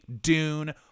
Dune